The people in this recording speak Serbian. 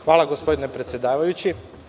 Hvala gospodine predsedavajući.